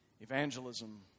evangelism